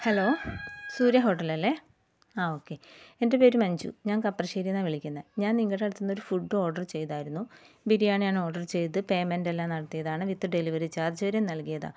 hello Surya ഹോട്ടലല്ലേ ആ okay എൻ്റെ പേര് മഞ്ജു ഞാൻ കപ്രശ്ശേരീയിൽ നിന്നാണ് വിളിക്കുന്നത് ഞാൻ നിങ്ങളുടെ അടുത്ത് നിന്ന് ഒരു ഫുഡ് ഓർഡർ ചെയ്തായിരുന്നു ബിരിയാണിയാണ് ഓർഡർ ചെയ്തത് പേയ്മെന്റെല്ലാം നടത്തിയതാണ് വിത്ത് ഡെലിവറി ചാർജ് വരെ നൽകിയതാണ്